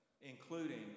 including